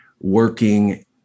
working